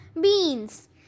beans